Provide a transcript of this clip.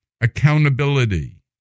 accountability